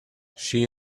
she